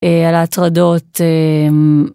על ההטרדות..